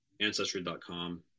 Ancestry.com